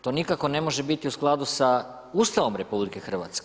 To nikako ne može biti u skladu sa Ustavom RH.